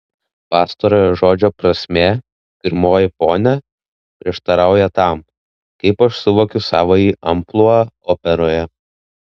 pastarojo žodžio prasmė pirmoji ponia prieštarauja tam kaip aš suvokiu savąjį amplua operoje